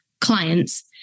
clients